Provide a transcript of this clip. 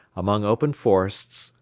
among open forests,